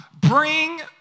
bring